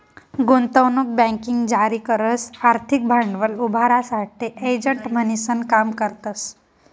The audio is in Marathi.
गुंतवणूक बँकिंग जारी करस आर्थिक भांडवल उभारासाठे एजंट म्हणीसन काम करतस